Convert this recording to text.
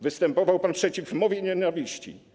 Występował pan przeciw mowie nienawiści.